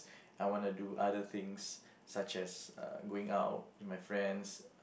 I wanna do other things such as uh going out with my friends